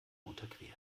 unterquert